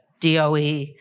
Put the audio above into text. DOE